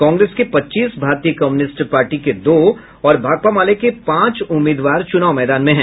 कांग्रेस के पच्चीस भारतीय कम्युनिस्ट पार्टी के दो और भाकपा माले के पांच उम्मीदवार चुनाव मैदान में है